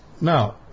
Now